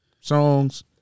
Songs